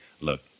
Look